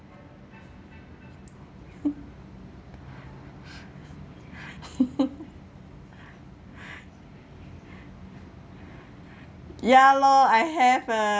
ya lor I have uh